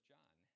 John